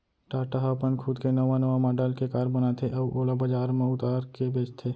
टाटा ह अपन खुद के नवा नवा मॉडल के कार बनाथे अउ ओला बजार म उतार के बेचथे